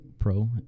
pro